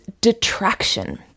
detraction